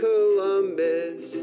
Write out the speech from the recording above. Columbus